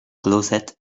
closet